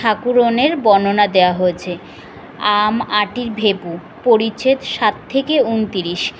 ঠাকুরনের বর্ণনা দেওয়া হয়েছে আম আঁটির ভেপু পরিচ্ছেদ সাত থেকে উনতিরিশ